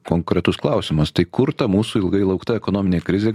konkretus klausimas tai kur ta mūsų ilgai laukta ekonominė krizė